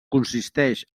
consisteix